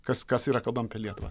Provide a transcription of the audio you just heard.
kas kas yra kalbam apie lietuvą